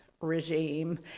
regime